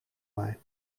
mij